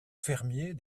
fermier